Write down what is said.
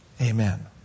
Amen